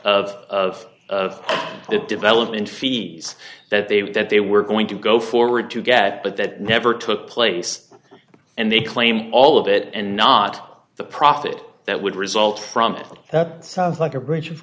of of the development fees that they that they were going to go forward to get but that never took place and they claim all of it and not the profit that would result from it that sounds like a breach of